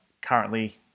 currently